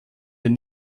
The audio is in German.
den